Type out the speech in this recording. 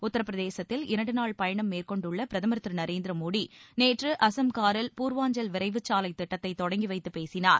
உத்தரப்பிரதேசத்தில் இரண்டுநாள் பயணம் மேற்கொண்டுள்ள பிரதமர் திரு நரேந்திர மோடி நேற்று அஸ்ஸாம்கரில் பூர்வாஞ்சல் விரைவுச் சாலை திட்டத்தை தொடங்கி வைத்துப் பேசினார்